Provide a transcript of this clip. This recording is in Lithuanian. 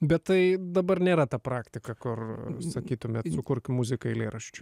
bet tai dabar nėra ta praktika kur sakytumėt sukurk muziką eilėraščiui